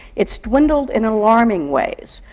it's dwindled in alarming ways.